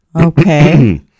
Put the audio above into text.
Okay